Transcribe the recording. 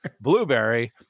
Blueberry